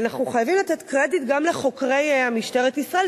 ואנחנו חייבים לתת קרדיט גם לחוקרי משטרת ישראל,